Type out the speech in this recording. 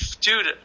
Dude